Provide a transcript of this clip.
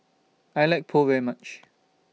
I like Pho very much